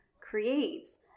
creates